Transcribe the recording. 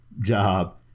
Job